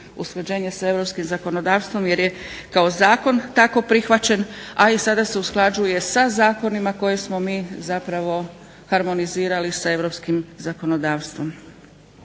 usklađenje sa europskim zakonodavstvom jer je kao zakon tako prihvaćen, a i sada se usklađuje sa zakonima koje smo mi zapravo harmonizirali sa europskim zakonodavstvom.